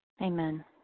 Amen